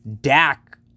Dak